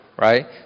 right